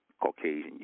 Caucasian